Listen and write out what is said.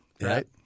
right